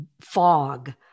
fog